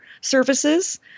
services